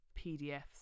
PDFs